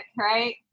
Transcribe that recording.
right